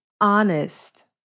honest